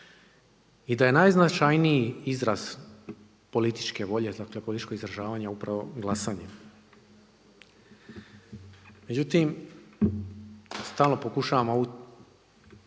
I da je najznačajniji izraz političke volje, dakle političkog izražavanja upravo glasanje. Međutim, stalno pokušavamo ovu